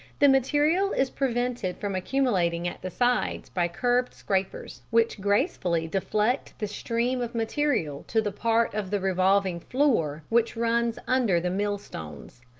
the material is prevented from accumulating at the sides by curved scrapers, which gracefully deflect the stream of material to the part of the revolving floor which runs under the mill-stones.